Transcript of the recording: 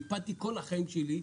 והקפדתי כל החיים שלי,